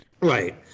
Right